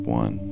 one